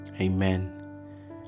amen